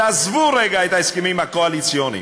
תעזבו רגע את ההסכמים הקואליציוניים.